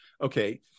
Okay